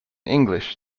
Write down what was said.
english